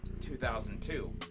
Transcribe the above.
2002